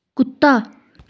ਕੁੱਤਾ